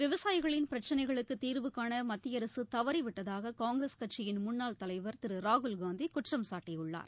விவசாயிகளின் பிரச்சினைகளுக்கு தீர்வு காண மத்திய அரசு தவறிவிட்டதாக காங்கிரஸ் கட்சியின் முன்னாள் தலைவர் திரு ராகுல்காந்தி குற்றம் சாட்டியுள்ளார்